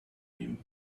been